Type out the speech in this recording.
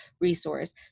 resource